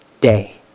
day